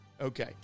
Okay